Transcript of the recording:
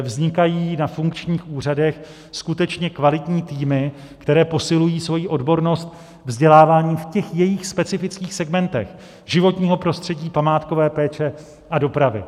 Vznikají na funkčních úřadech skutečně kvalitní týmy, které posilují svoji odbornost vzděláváním v jejich specifických segmentech životního prostředí, památkové péče a dopravy.